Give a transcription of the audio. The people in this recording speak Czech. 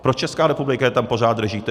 Proč Česká republika je tam pořád drží?